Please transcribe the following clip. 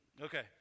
okay